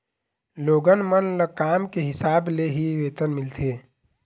लोगन मन ल काम के हिसाब ले ही वेतन मिलथे